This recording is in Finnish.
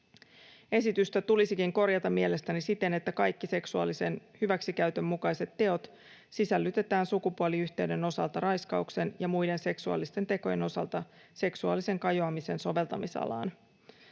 Esitystä tulisikin korjata mielestäni siten, että kaikki seksuaalisen hyväksikäytön mukaiset teot sisällytetään sukupuoliyhteyden osalta raiskauksen ja muiden seksuaalisten tekojen osalta seksuaalisen kajoamisen soveltamisalaan.